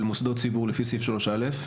של מוסדות ציבור לפי סעיף 3(א),